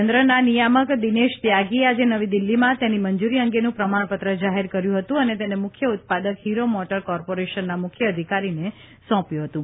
કેન્દ્રના નિયામક દિનેશ ત્યાગીએ આજે નવી દીલ્હીમાં તેની મંજૂરી અંગેનું પ્રમાણપત્ર જાહેર કર્યું હતું અને તેને મુખ્ય ઉત્પાદક હીરો મોટર કોર્પોરેશનના મુખ્ય અધિકારીને સોંપ્યું હતું